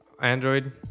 Android